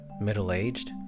middle-aged